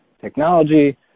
technology